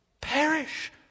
perish